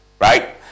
right